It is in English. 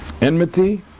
enmity